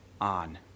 on